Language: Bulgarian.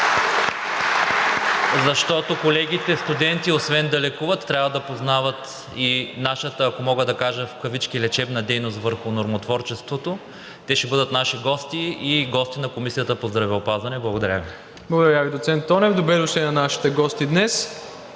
защото колегите студенти освен да лекуват, трябва да познават и нашата, ако мога да кажа в кавички – лечебна дейност върху нормотворчеството. Те ще бъдат наши гости и гости на Комисията по здравеопазване. Благодаря Ви. ПРЕДСЕДАТЕЛ МИРОСЛАВ ИВАНОВ: Благодаря Ви, доцент Тонев. Добре дошли на нашите гости днес.